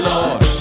Lord